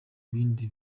bintu